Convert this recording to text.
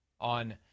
on